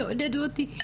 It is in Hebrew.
תעודדו אותי,